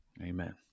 Amen